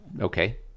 Okay